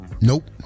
Nope